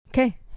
Okay